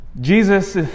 Jesus